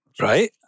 Right